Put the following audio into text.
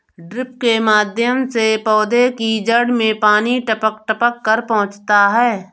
drip के माध्यम से पौधे की जड़ में पानी टपक टपक कर पहुँचता है